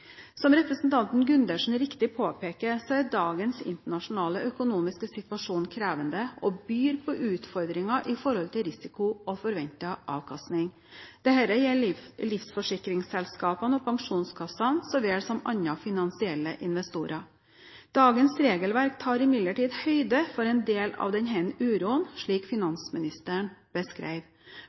Som representanten Gundersen riktig påpeker, er dagens internasjonale økonomiske situasjon krevende og byr på utfordringer i forhold til risiko og forventet avkastning. Dette gjelder livsforsikringsselskapene og pensjonskassene så vel som andre finansielle investorer. Dagens regelverk tar imidlertid høyde for en del av denne uroen, slik finansministeren beskrev,